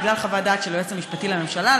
בגלל חוות דעת של היועץ המשפטי לממשלה,